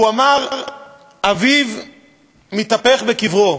הוא אמר: אביו מתהפך בקברו.